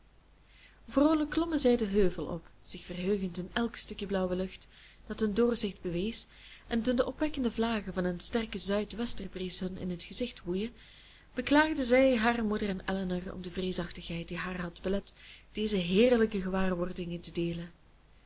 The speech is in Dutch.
vroolijk klommen zij den heuvel op zich verheugend in elk stukje blauwe lucht dat hun doorzicht bewees en toen de opwekkende vlagen van een sterke zuid westerbries hun in het gezicht woeien beklaagden zij haar moeder en elinor om de vreesachtigheid die haar had belet deze heerlijke gewaarwordingen te deelen